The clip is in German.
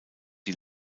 die